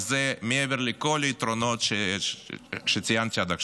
וזה מעבר לכל היתרונות שציינתי עד עכשיו.